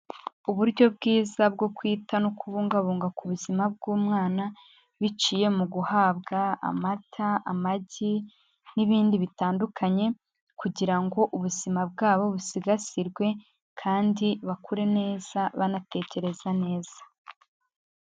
Uburyo bwiza bwo kwita no kubungabunga ku buzima bw'umwana, biciye mu guhabwa amata, amagi n'ibindi bitandukanye kugira ngo ubuzima bwabo busigasirwe kandi bakure neza banatekereza neza.